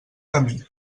camí